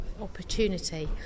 Opportunity